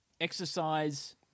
exercise